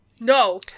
No